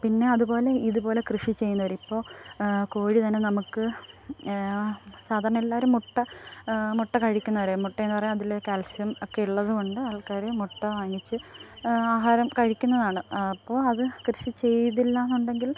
പിന്നെ അതുപോലെ ഇതുപോലെ കൃഷി ചെയ്യുന്നവർ ഇപ്പോൾ കോഴി തന്നെ നമുക്ക് സാധാരണ എല്ലാവരും മുട്ട മുട്ട കഴിക്കുന്നവർ മുട്ട എന്ന് പറഞ്ഞാൽ അതിൽ കാത്സ്യം ഒക്കെ ഉള്ളത് കൊണ്ട് ആള്ക്കാർ മുട്ട വാങ്ങിച്ച് ആഹാരം കഴിക്കുന്നതാണ് അപ്പോൾ അത് കൃഷി ചെയ്തില്ലാന്നുണ്ടെങ്കില്